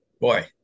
Boy